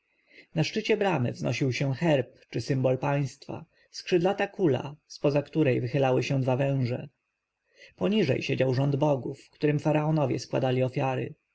na szczycie bramy wznosił się herb czy symbol państwa skrzydlata kula z poza której wychylały się dwa węże poniżej siedział rząd bogów którym faraonowie składali ofiary